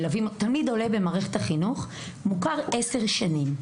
תמיד עולה במערכת החינוך מוכר ל-10 שנים.